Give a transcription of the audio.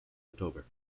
october